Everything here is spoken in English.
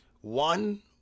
One